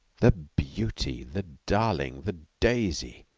the beauty, the darling, the daisy,